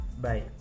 Bye